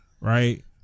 right